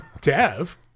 Dev